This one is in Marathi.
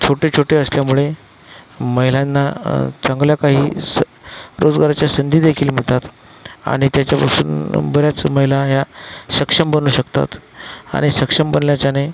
छोटे छोटे असल्यामुळे महिलांना चांगल्या काही स रोजगाराच्या संधी देखील मिळतात आणि त्याच्यापासून बऱ्याच महिला या सक्षम बनू शकतात आणि सक्षम बनल्याच्याने